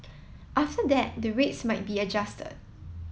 after that the rates might be adjusted